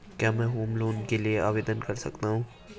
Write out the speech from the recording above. क्या मैं home loan के लिए आवेदन कर सकता हूं?